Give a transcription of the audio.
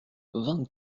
vingt